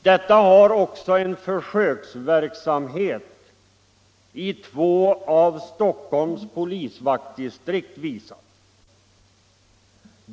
Detta har också en försöksverksamhet i två av Stockholms polisvaktdistrikt visat.